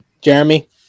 jeremy